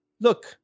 Look